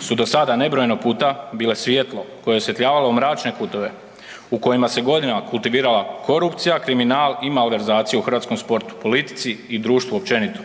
su do sada nebrojeno puta bile svjetlo koje je osvjetljavalo mračne kutove u kojima se godinama kultivirala korupcija, kriminal i malverzacija u hrvatskom sportu, politici i društvu općenito.